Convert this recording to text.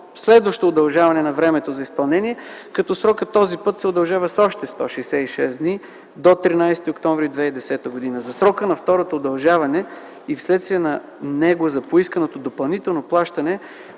следващо удължаване на времето за изпълнение, като срокът този път се удължава с още 166 дни – до 13 октомври 2010 г. За срока на второто удължаване и вследствие поисканото допълнително плащане